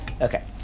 Okay